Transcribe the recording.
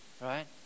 right